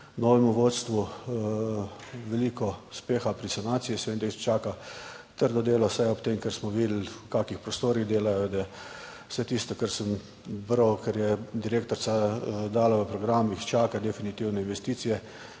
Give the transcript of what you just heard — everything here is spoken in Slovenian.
novemu vodstvu veliko uspeha pri sanaciji. Jaz vem, da jih čaka trdo delo, saj ob tem, kar smo videli, v kakšnih prostorih delajo, da vse tisto, kar sem bral, kar je direktorica dala v programih, čaka definitivno investicije.